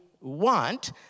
want